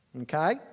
Okay